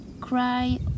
cry